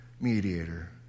mediator